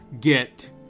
get